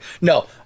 No